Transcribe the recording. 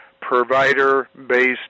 provider-based